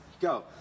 go